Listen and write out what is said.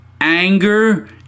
Anger